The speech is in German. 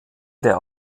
der